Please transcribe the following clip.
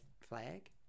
flag